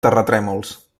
terratrèmols